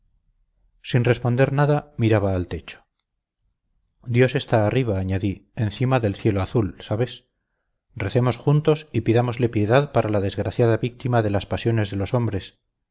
sin responder nada miraba al techo dios está arriba añadí encima del cielo azul sabes recemos juntos y pidámosle piedad para la desgraciada víctima de las pasiones de los hombres